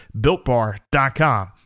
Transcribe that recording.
BuiltBar.com